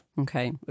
Okay